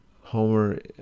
Homer